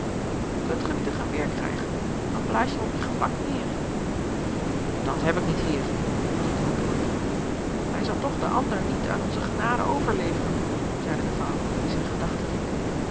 ge niet een geweer krijgen dan blaas je hem op je gemak neêr dat heb ik niet hier was het antwoord hij zal toch den ander niet aan onze genade overleveren zeide de vrouw die zijne gedachten ried